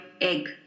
egg